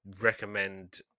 recommend